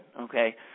Okay